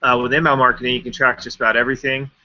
ah with inbound marketing you can track just about everything,